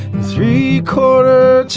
three quarter